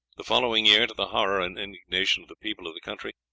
the following year, to the horror and indignation of the people of the country,